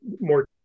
more